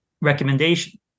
recommendation